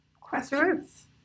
questions